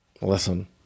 Listen